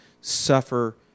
suffer